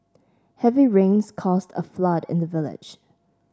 heavy rains caused a flood in the village